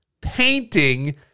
painting